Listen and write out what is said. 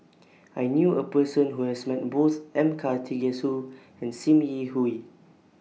I knew A Person Who has Met Both M Karthigesu and SIM Yi Hui